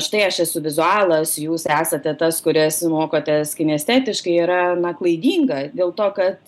štai aš esu vizualas jūs esate tas kuris mokotės kinestetiškai yra klaidinga dėl to kad